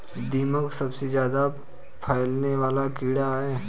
दीमक सबसे ज्यादा फैलने वाला कीड़ा है